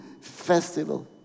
Festival